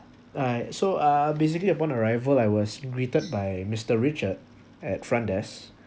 I so uh basically upon arrival I was greeted by mister richard at front desk